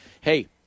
hey